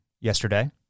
yesterday